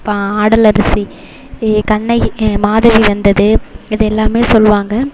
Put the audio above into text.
இப்போ ஆடலரசி கண்ணகி மாதவி வந்தது இது எல்லாமே சொல்லுவாங்க